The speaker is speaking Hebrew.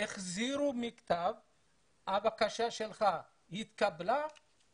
השיבו כשהנוסח היה: בקשתך התקבלה,